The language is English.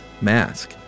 mask